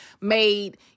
made